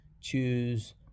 choose